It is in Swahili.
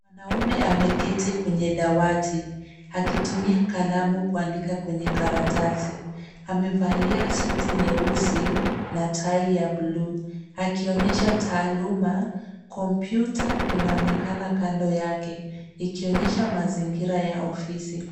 Mwanaume ameketi kwenye dawati. Akitumia kalamu kuandika kwenye karatasi. Amevalia suti nyeusi na tai ya blue .Akionyesha taaluma kompyuta inaonekana kando yake, ikionyesha mazingira ya ofisi.